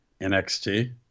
NXT